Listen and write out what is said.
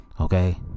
Okay